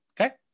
Okay